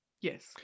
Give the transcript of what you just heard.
Yes